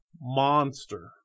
monster